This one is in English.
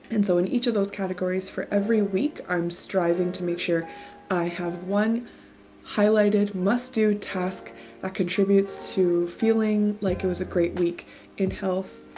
and so in each of those categories for every week, i'm striving to make sure i have one highlighted, must-do task that ah contributes to feeling like it was a great week in health,